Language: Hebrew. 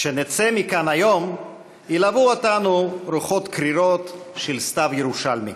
כשנצא מכאן היום ילוו אותנו רוחות קרירות של סתיו ירושלמי.